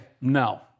no